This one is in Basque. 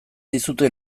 dizute